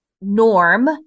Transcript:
norm